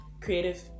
creative